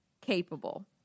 capable